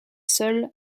seuls